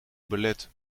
belet